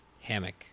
hammock